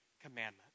commandment